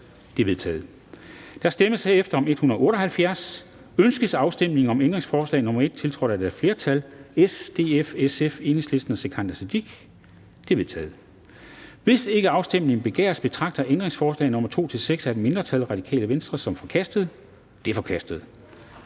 Det er vedtaget. Der stemmes herefter om L 178. Ønskes afstemning om ændringsforslag nr. 1, tiltrådt af et flertal (S, DF, SF, EL og Sikandar Siddique (UFG))? Det er vedtaget. Hvis ikke afstemning begæres, betragter jeg ændringsforslag nr. 2-6 af et mindretal (RV) som forkastet. De er forkastet.